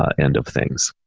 ah end of things.